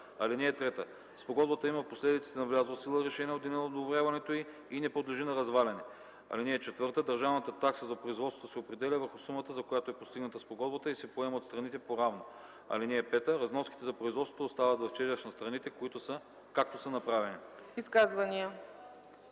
нрави. (3) Спогодбата има последиците на влязло в сила решение от деня на одобряването й и не подлежи на разваляне. (4) Държавната такса за производството се определя върху сумата, за която е постигната спогодбата, и се поема от страните поравно. (5) Разноските за производството остават в тежест на страните, както са направени.”